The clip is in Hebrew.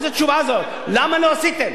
איזו תשובה זו, למה לא עשיתם?